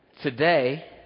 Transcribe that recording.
Today